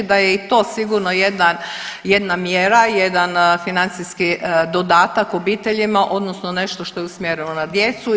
Da je i to sigurno jedan, jedna mjera, jedan financijski dodatak obiteljima odnosno nešto što je usmjereno na djecu.